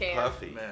puffy